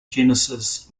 genesis